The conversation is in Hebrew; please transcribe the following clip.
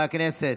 מושחת,